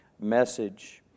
message